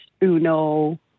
Uno